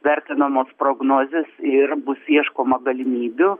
vertinamos prognozės ir bus ieškoma galimybių